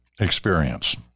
experience